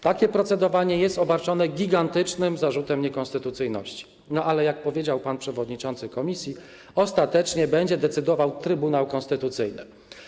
Takie procedowanie jest obarczone gigantycznym zarzutem niekonstytucyjności, no ale jak powiedział pan przewodniczący komisji, ostatecznie będzie decydował Trybunał Konstytucyjny.